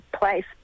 place